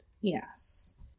Yes